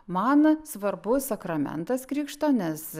man svarbu sakramentas krikšto nes